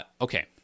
Okay